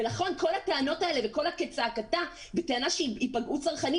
לכן כל הטענות האלה וכל הצעקה בטענה שייפגעו צרכנים,